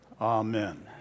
Amen